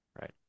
Right